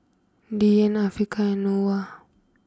Dian Afiqah and Noah